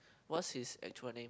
what's his actual name